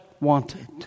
wanted